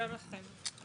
שלום לכם.